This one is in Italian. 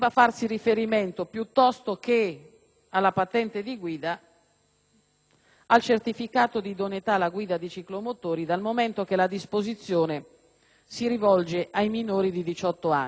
al certificato di idoneità alla guida di ciclomotori, dal momento che la disposizione si rivolge ai minori di 18 anni che, signor Presidente, non hanno la patente. Ancora.